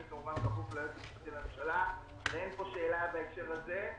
אני כמובן כפוף ליועץ המשפטי לממשלה ואין פה שאלה בהקשר הזה.